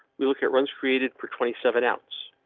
we look at runs created for twenty seven ounce.